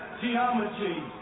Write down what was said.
geometry